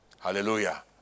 Hallelujah